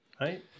right